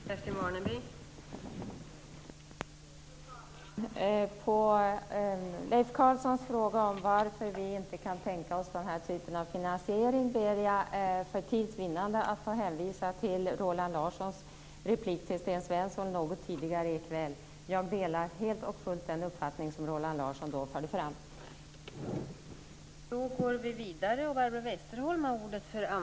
Fru talman! På Leif Carlsons fråga om varför vi inte kan tänka oss den här typen av finansiering, ber jag för tids vinnande att få hänvisa till Roland Larssons replik till Sten Svensson något tidigare ikväll. Jag delar helt och fullt den uppfattning som Roland Larsson då förde fram.